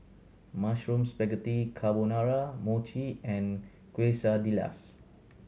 Mushroom Spaghetti Carbonara Mochi and Quesadillas